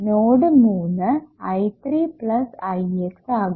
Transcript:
node 3 I3 plus Ix ആകും